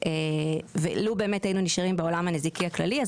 לו היינו נשארים בעולם הנזיקי הכללי,